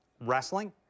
wrestling